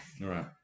Right